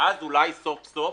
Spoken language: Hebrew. אז אולי סוף-סוף